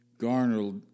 garnered